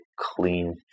clean